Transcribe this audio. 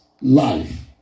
life